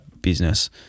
business